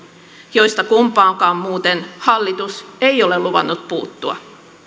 joista kumpaankaan muuten hallitus ei ole luvannut puuttua